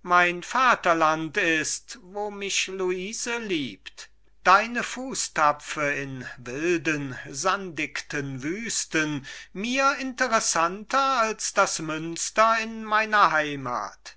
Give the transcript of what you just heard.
mein vaterland ist wo mich luise liebt deine fußtapfe in wilden sandigten wüsten mir interessanter als das münster in meiner heimath